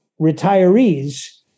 retirees